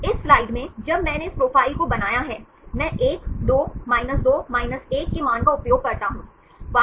इस स्लाइड में जब मैंने इस प्रोफ़ाइल को बनाया है मैं 1 2 2 1 के मान का उपयोग करता हूं